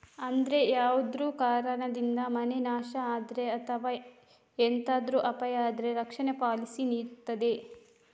ಅಂದ್ರೆ ಯಾವ್ದಾದ್ರೂ ಕಾರಣದಿಂದ ಮನೆ ನಾಶ ಆದ್ರೆ ಅಥವಾ ಎಂತಾದ್ರೂ ಅಪಾಯ ಆದ್ರೆ ರಕ್ಷಣೆ ಪಾಲಿಸಿ ನೀಡ್ತದೆ